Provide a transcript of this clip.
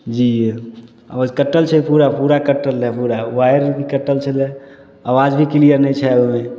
जी आवाज कटल छै पूरा पूरा कटल हइ पूरा वाइर कटल छलै आवाज भी किलियर नहि छै ओहिमे